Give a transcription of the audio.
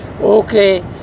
okay